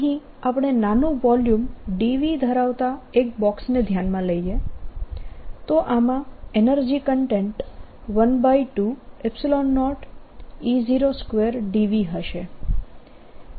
અહીં આપણે નાનું વોલ્યુમ dv ધરાવતા એક બોક્સને ધ્યાનમાં લઈએ તો આમાં એનર્જી કન્ટેન્ટ 120E02dv હશે